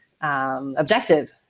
Objective